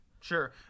Sure